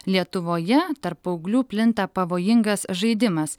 lietuvoje tarp paauglių plinta pavojingas žaidimas